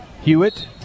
Hewitt